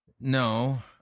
No